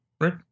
Right